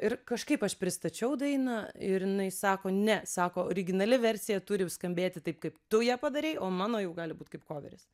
ir kažkaip aš pristačiau dainą ir jinai sako ne sako originali versija turi skambėti taip kaip tu ją padarei o mano jau gali būt kaip koveris